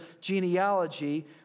genealogy